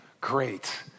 great